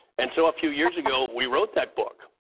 and so a few years ago, we wrote that book,